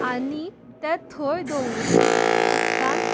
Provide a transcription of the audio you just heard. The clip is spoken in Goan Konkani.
आनी तें थंय दवरून उदकांत